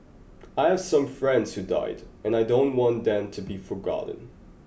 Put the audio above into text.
I have some friends who died and I don't want them to be forgotten